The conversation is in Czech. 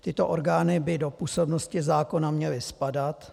Tyto orgány by do působnosti zákona měly spadat.